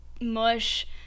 mush